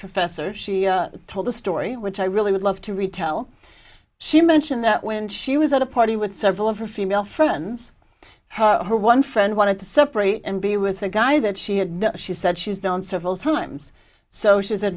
professor she told the story which i really would love to retell she mentioned that when she was at a party with several of her female friends her one friend wanted to separate and be with a guy that she had no she said she's done several times so she